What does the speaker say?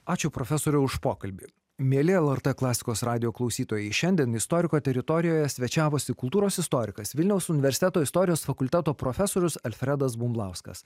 ačiū profesoriau už pokalbį mieli lrt klasikos radijo klausytojai šiandien istoriko teritorijoje svečiavosi kultūros istorikas vilniaus universiteto istorijos fakulteto profesorius alfredas bumblauskas